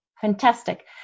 fantastic